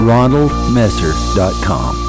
RonaldMesser.com